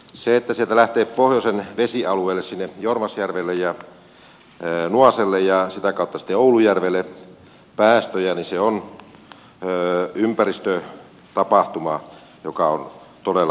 se että sieltä lähtee pohjoisen vesialueelle sinne jormasjärvelle ja nuaselle ja sitä kautta sitten oulujärvelle päästöjä on ympäristötapahtuma joka on todella merkittävä